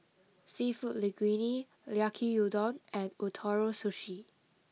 Seafood Linguine Yaki Udon and Ootoro Sushi